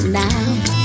now